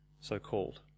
so-called